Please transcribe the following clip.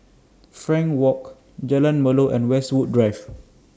Frankel Walk Jalan Melor and Westwood Drive